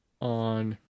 on